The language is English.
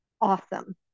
awesome